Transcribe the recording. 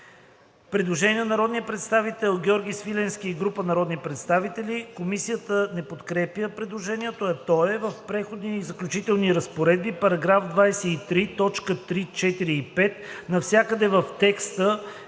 Предложение на народния представител Георги Свиленски и група народни представители. Комисията не подкрепя предложението, а то е в преходни и заключителни разпоредби § 23, т. 3, 4 и 5 навсякъде в текста